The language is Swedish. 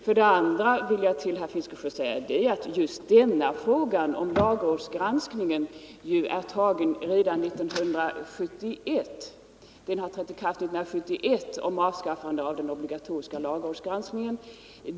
För det andra vill jag till herr Fiskesjö säga att beslutet om avskaffande av den obligatoriska lagrådsgranskningen trädde i kraft redan år 1971.